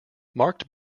marked